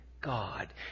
God